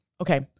okay